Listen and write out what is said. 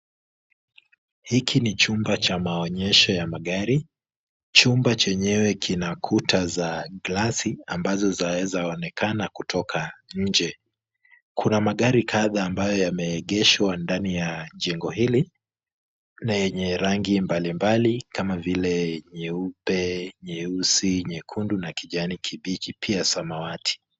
Hiki ni chumba cha maonyesho ya magari. Chumba chenyewe kina kuta za glasi ambazo zaweza onekana kutoka nje. Kuna magari kadhaa ambayo yameegeshwa ndani ya jengo hili na yenye rangi mbalimbali kama vile nyeupe, nyeusi, nyekundu na kijani kimbichi pia samawati.